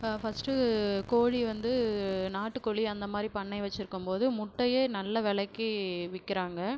இப்போ ஃபஸ்ட்டு கோழி வந்து நாட்டுக்கோழி அந்தமாதிரி பண்ணை வைச்சிருக்கோம் போது முட்டை நல்ல விலைக்கு விக்கிறாங்க